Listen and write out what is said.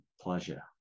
pleasure